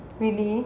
really